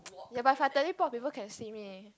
ya but if I teleport people can see me